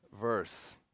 verse